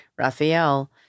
Raphael